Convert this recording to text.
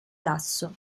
lasso